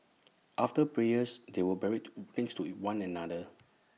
after prayers they were buried next to one another